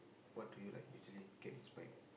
what do you like usually get inspired